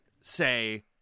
say